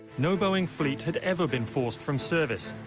no boeing fleet had ever been forced from service.